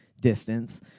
distance